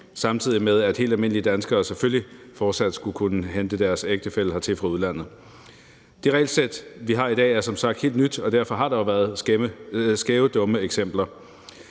samtidig med at helt almindelige danskere selvfølgelig fortsat skal kunne hente deres ægtefælle hertil fra udlandet. Det regelsæt, vi har i dag, er som sagt helt nyt, og derfor har der jo været skæve, dumme eksempler,